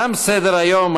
תם סדר-היום.